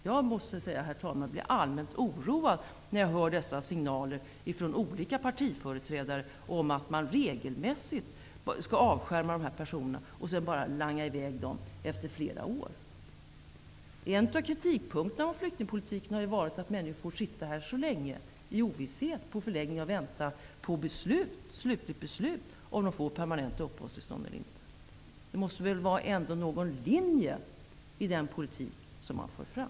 Jag blir, herr talman, allvarligt oroad av dessa signaler från olika partiföreträdare om att man regelmässigt skall avskärma dessa flyktingar och sedan bara langa i väg dem efter flera år. En av punkterna i kritiken mot flyktingpolitiken har varit att flyktingarna får sitta så länge i ovisshet i förläggningar och vänta på slutligt beslut om huruvida de skall få permanent uppehållstillstånd. Det måste väl ändå finnas någon linje i den politik som man för fram.